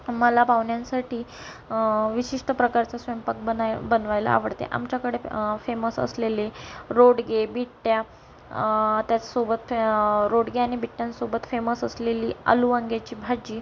मला पाहुण्यांसाठी विशिष्ट प्रकारचा स्वयंपाक बनाय बनवायला आवडते आमच्याकडे फेमस असलेले रोडगे बिट्ट्या त्याचसोबत रोडगे आणि बिट्ट्यांसोबत फेमस असलेली आलू वांग्याची भाजी